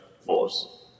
force